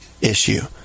issue